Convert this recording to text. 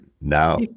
now